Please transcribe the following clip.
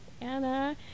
anna